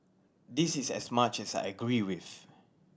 this is as much as I agree with